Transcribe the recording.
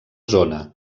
zona